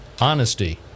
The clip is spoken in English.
honesty